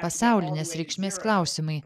pasaulinės reikšmės klausimai